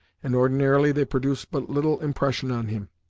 and ordinarily they produced but little impression on him.